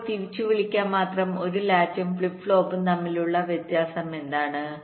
അപ്പോൾ തിരിച്ചുവിളിക്കാൻ മാത്രം ഒരു ലാച്ചും ഫ്ലിപ്പ് ഫ്ലോപ്പും തമ്മിലുള്ള വ്യത്യാസം എന്താണ്